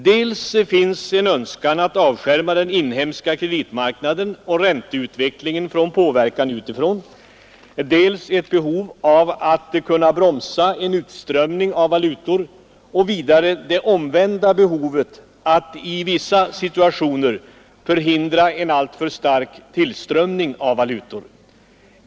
Det finns dels en önskan att avskärma den inhemska kreditmarknaden och ränteutvecklingen från påverkan utifrån, dels ett behov av att kunna bromsa en utströmning av valutor och dels det omvända behovet att i vissa situationer förhindra en alltför stark tillströmning av valutor.